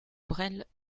bresle